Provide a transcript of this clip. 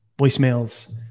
voicemails